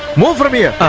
move from yeah